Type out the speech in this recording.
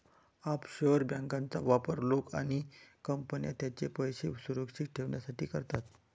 offshore बँकांचा वापर लोक आणि कंपन्या त्यांचे पैसे सुरक्षित ठेवण्यासाठी करतात